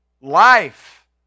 life